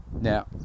Now